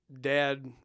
dad